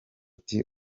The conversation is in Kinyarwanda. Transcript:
ati